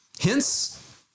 Hence